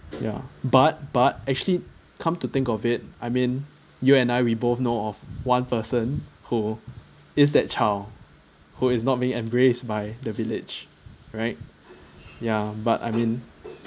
ya but but actually come to think of it I mean you and I we both know of one person who is that child who is not being embraced by the village right ya but I mean